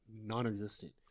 Non-existent